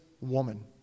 woman